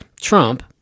Trump